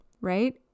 right